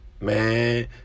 man